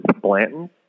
Blanton